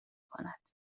کند